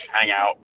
hangout